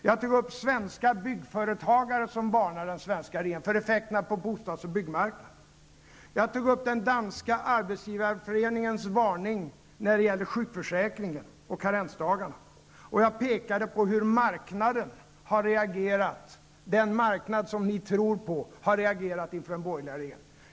Jag tog upp att svenska byggföretagare varnar regeringen för effekterna på bostads och byggmarknaden. Jag tog upp den danska arbetsgivareföreningens varning när det gäller sjukförsäkringen och karensdagarna, och jag pekade på hur marknaden, den marknad som ni tror på, har reagerat inför den borgerliga regeringen.